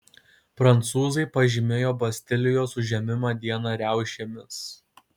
prancūzai pažymėjo bastilijos užėmimo dieną riaušėmis